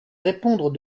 répondre